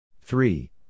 Three